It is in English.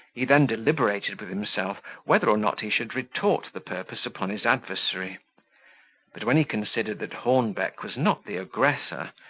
he then deliberated with himself whether or not he should retort the purpose upon his adversary but when he considered that hornbeck was not the aggressor,